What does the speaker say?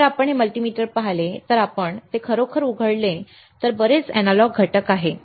जर आपण हे मल्टीमीटर पाहिले तर आपण ते खरोखर उघडले तर तेथे बरेच अॅनालॉग घटक आहेत